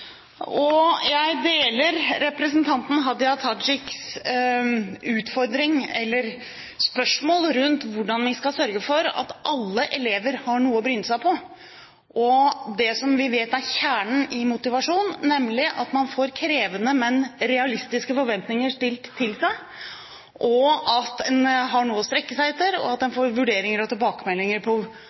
og jeg deler representanten Hadia Tajiks utfordring eller spørsmål rundt hvordan vi skal sørge for at alle elever har noe å bryne seg på. Det vi vet er kjernen i motivasjonen, er at man får krevende, men realistiske forventninger stilt til seg, at man har noe å strekke seg etter, og at man får vurderinger og tilbakemeldinger på